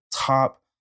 top